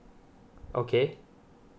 okay